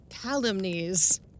Calumnies